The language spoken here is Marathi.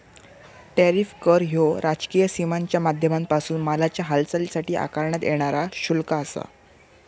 टॅरिफ कर ह्यो राजकीय सीमांच्या माध्यमांपासून मालाच्या हालचालीसाठी आकारण्यात येणारा शुल्क आसा